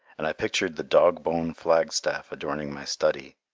and i pictured the dog-bone flagstaff adorning my study.